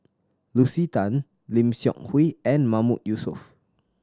Lucy Tan Lim Seok Hui and Mahmood Yusof